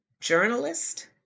journalist